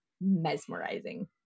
mesmerizing